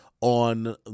on